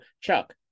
Chuck